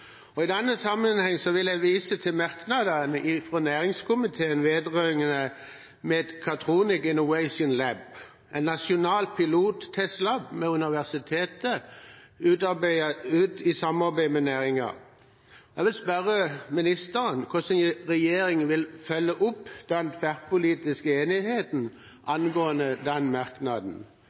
GCE-programmet. I denne sammenheng vil jeg vise til merknadene fra næringskomiteen vedrørende Mechatronic Innovation Lab, en nasjonal pilottestlab ved Universitetet i Agder, i samarbeid med næringen. Jeg vil spørre ministeren hvordan regjeringen vil følge opp den tverrpolitiske enigheten angående den merknaden.